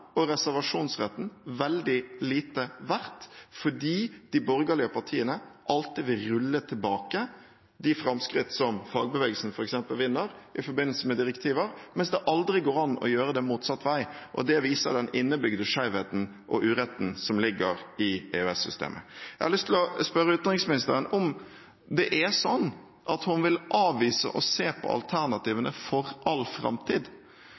og reservasjonsretten veldig lite verdt, fordi de borgerlige partiene alltid vil rulle tilbake de framskritt som fagbevegelsen vinner f.eks. i forbindelse med direktiver, mens det aldri går an å gjøre det motsatt vei. Det viser den innebygde skjevheten og uretten som ligger i EØS-systemet. Jeg har lyst til å spørre utenriksministeren om det er slik at hun vil avvise å se på alternativene for all framtid,